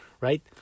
right